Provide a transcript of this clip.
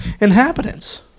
inhabitants